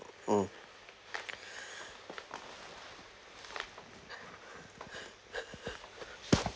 hmm